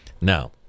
Now